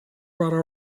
brought